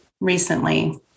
recently